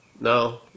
No